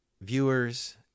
viewers